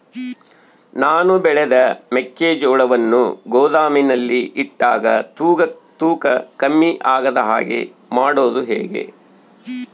ನಾನು ಬೆಳೆದ ಮೆಕ್ಕಿಜೋಳವನ್ನು ಗೋದಾಮಿನಲ್ಲಿ ಇಟ್ಟಾಗ ತೂಕ ಕಮ್ಮಿ ಆಗದ ಹಾಗೆ ಮಾಡೋದು ಹೇಗೆ?